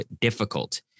difficult